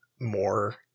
more